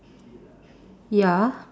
ya